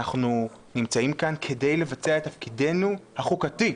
אנחנו נמצאים כאן כדי למלא את תפקידנו החוקתי.